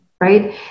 right